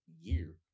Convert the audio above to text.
year